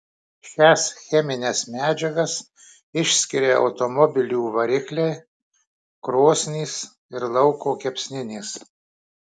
šias chemines medžiagas išskiria automobilių varikliai krosnys ir lauko kepsninės